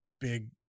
big